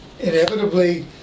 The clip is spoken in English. inevitably